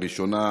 הראשונה,